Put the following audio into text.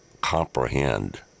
comprehend